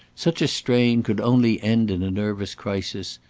such a strain could only end in a nervous crisis,